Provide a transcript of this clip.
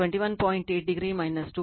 ಆದ್ದರಿಂದ ಇದು I c 6